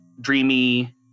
dreamy